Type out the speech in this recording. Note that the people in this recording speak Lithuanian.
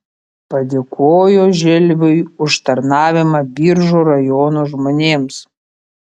padėkojo želviui už tarnavimą biržų rajono žmonėms